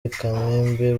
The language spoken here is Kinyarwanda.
kamembe